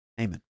Amen